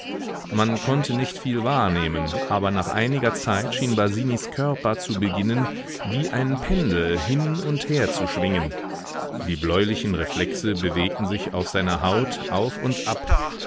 man konnte nicht viel wahrnehmen aber nach einiger zeit schien basinis körper zu beginnen wie ein pendel hin und her zu schwingen die bläulichen reflexe bewegten sich auf seiner haut auf und ab